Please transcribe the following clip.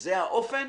זה האופן